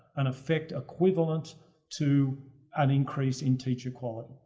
and effect equivalent to an increase in teacher quality.